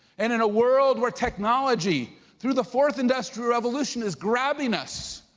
and in a world where technology through the fourth industrial revolution is grabbing us,